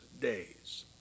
days